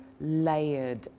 layered